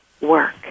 work